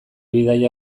bidaia